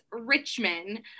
Richmond